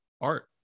art